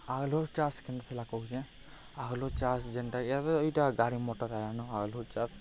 ଆଲୁ ଚାଷ୍ କେନ୍ତି ହେଲା କହୁଚେଁ ଆଲୁ ଚାଷ୍ ଯେନ୍ଟା ଏବେ ଇଟା ଗାଡ଼ି ମଟର୍ ଆଏଲାନୁ ଆଲୁ ଚାଷ୍